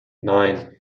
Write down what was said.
nein